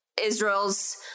israel's